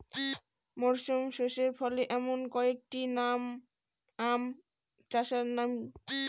মরশুম শেষে ফলে এমন কয়েক টি আম চারার নাম?